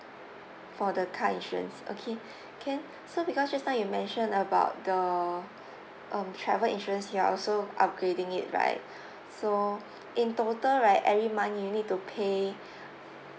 for the car insurance okay can so because just now you mention about the um travel insurance you are also upgrading it right so in total right every month you'll need to pay